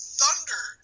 thunder